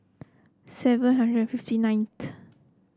seven hundred fifty